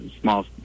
small